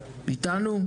איתנו?